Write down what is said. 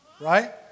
right